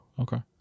Okay